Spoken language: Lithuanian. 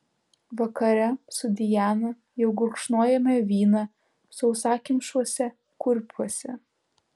vakare su diana jau gurkšnojome vyną sausakimšuose kurpiuose